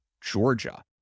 Georgia